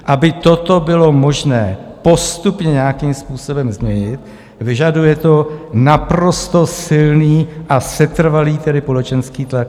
Aby toto bylo možné postupně nějakým způsobem změnit, vyžaduje to naprosto silný a setrvalý společenský tlak.